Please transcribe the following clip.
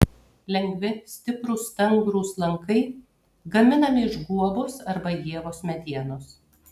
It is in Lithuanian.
lengvi stiprūs stangrūs lankai gaminami iš guobos arba ievos medienos